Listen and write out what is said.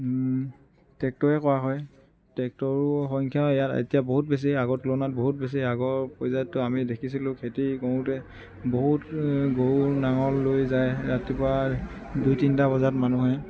ট্ৰেক্টৰে কৰা হয় ট্ৰেক্টৰো সংখ্যা ইয়াত এতিয়া বহুত বেছি আগৰ তুলনাত বহুত বেছি আগৰ পৰ্যায়তটো আমি দেখিছিলোঁ খেতি কৰোঁতে বহুত গৰু নাঙল লৈ যায় ৰাতিপুৱা দুই তিনিটা বজাত মানুহে